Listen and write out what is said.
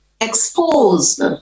exposed